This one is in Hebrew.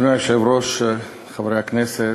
אדוני היושב-ראש, חברי הכנסת,